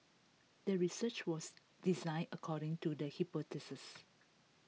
the research was designed according to the hypothesis